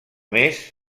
més